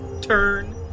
turn